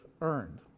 earned